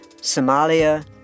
Somalia